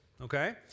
okay